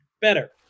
better